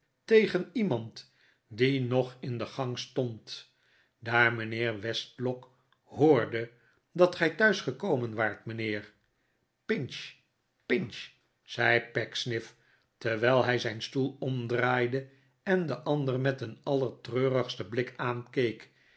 tegen iemand die nog in de gang stond daar mijnheer westlock hoorde dat gij thuis gekomen waart mijnheer pinch pinch zei pecksniff terwijl hij zijn stoel omdraaide en den ander met een allertreurigsten blik aankeek